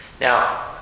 Now